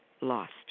lost